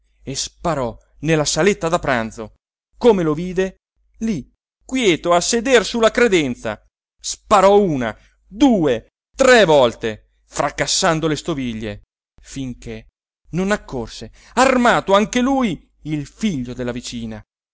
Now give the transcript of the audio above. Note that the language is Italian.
e sparò nella saletta da pranzo come lo vide lì quieto a seder sulla credenza sparò una due tre volte fracassando le stoviglie finché non accorse armato anche lui il figlio della vicina